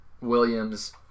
Williams